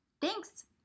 Thanks